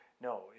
No